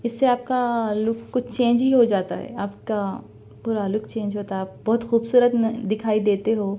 اس سے آپ کا لک کچھ چینج ہی ہو جاتا ہے آپ کا پورا لک چینج ہوتا بہت خوبصورت دکھائی دیتے ہو